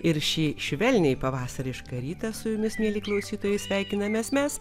ir šį švelniai pavasarišką rytą su jumis mieli klausytojai sveikinamės mes